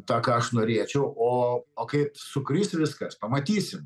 tą ką aš norėčiau o o kaip sukris viskas pamatysim